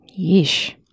yeesh